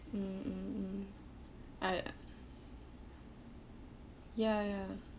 mm mm mm I ya ya